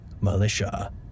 militia